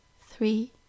three